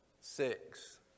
six